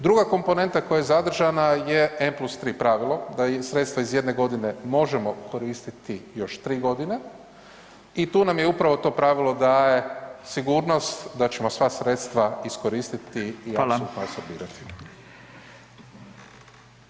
Druga komponenta koja je zadržana je n+3 pravilo, da sredstva iz jedne godine možemo koristiti još 3 godine i tu nam je upravo to pravilo daje sigurnost da ćemo sva sredstva iskoristiti i